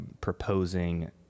proposing